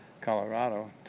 Colorado